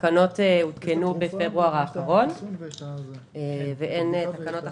התקנות הותקנו בפברואר האחרון ואין תקנות אחרות: